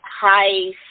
high